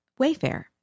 Wayfair